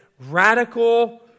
radical